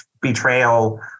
Betrayal